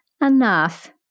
enough